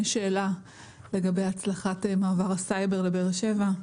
שאלה לגבי הצלחת מעבר הסייבר לבאר שבע,